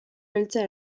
beltza